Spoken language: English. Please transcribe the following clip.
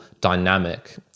dynamic